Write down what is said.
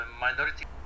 minority